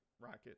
Rocket